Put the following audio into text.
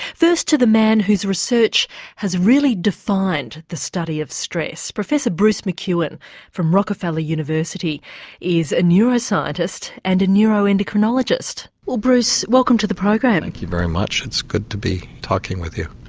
to the man whose research has really defined the study of stress. professor bruce mcewen from rockefeller university is a neuroscientist and a neuro-endocrinologist. well bruce, welcome to the program. thank you very much, it's good to be talking with you.